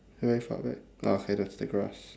very far back ah okay that's the grass